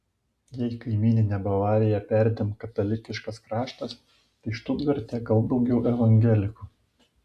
jei kaimyninė bavarija perdėm katalikiškas kraštas tai štutgarte gal daugiau evangelikų